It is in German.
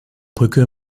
brücke